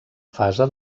fase